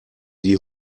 die